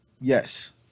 Yes